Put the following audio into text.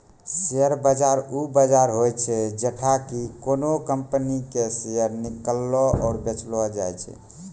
share बाजार उ बजार होय छै जैठां कि कोनो कंपनी के शेयर किनलो या बेचलो जाय छै